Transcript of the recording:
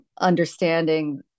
understanding